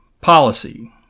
policy